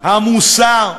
המוסר?